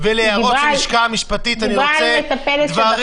היא דיברה על מטפלת שדחפה.